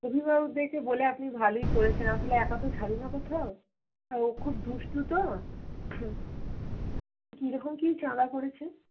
অভিভাবকদেরকে বলে আপনি ভালোই করেছেন আসলে একা তো ছাড়ি না কোথাও আর ও খুব দুষ্টু তো কীরকম কী চাঁদা পড়েছে